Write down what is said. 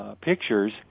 pictures